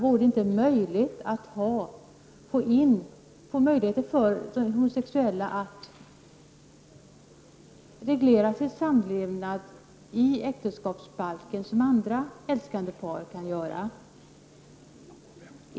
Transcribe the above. Vore det inte möjligt för homosexuella att reglera sin samlevnad genom äktenskapsbalken, som andra älskande par kan göra?